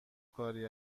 کاری